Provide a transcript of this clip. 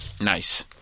Nice